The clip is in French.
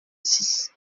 six